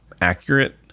accurate